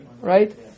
right